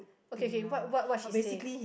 okay okay what what what she say